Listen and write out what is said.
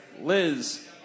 Liz